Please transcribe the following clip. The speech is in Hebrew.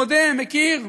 מודה: מכיר,